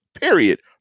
period